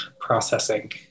processing